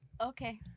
Okay